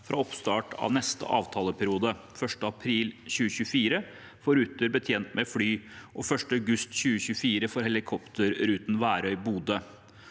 fra oppstart av neste avtaleperiode, dvs. 1. april 2024, for ruter betjent med fly og 1. august 2024 for helikopterruten Værøy–Bodø.